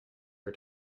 her